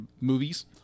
movies